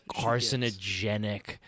carcinogenic